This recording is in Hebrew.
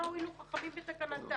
אז מה הועילו חכמים בתקנתם.